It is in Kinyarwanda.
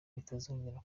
bitazongera